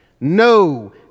no